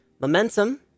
Momentum